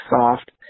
soft